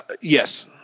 Yes